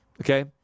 Okay